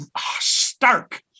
stark